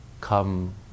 come